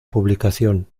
publicación